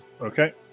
Okay